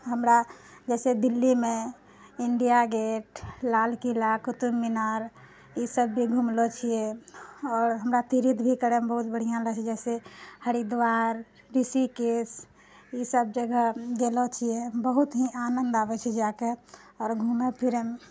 हमरा जैसे दिल्लीमे इण्डिया गेट लाल किला क़ुतुब मीनार ई सब भी घुमलऽ छिए आओर हमरा तिरिथ भी करैमे बहुत बढ़िआँ लागै छै जैसे हरिद्वार ऋषिकेश ई सब जगह गेलऽ छिए बहुत ही आनन्द आबै छै जा कऽ आओर घुमै फिरैमे